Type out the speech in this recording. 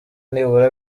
nibura